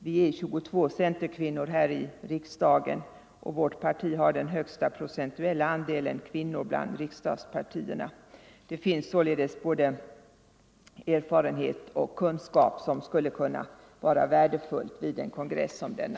Vi är 22 centerkvinnor här i riksdagen, och vårt parti har den högsta procentuella andelen kvinnor bland riksdagspartierna. Det finns således där både erfarenhet och kunskap inte minst om jämställdhetsarbetet som skulle kunna vara värdefulla vid en kongress som denna.